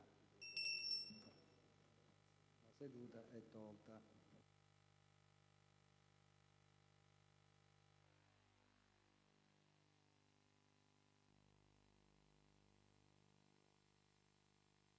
La seduta è tolta